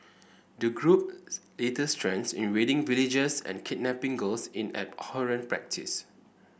the group's latest trend in raiding villages and kidnapping girls in an abhorrent practice